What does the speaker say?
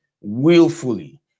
willfully